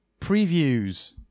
previews